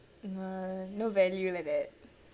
uh no value like that